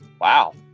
Wow